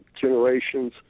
generations